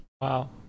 wow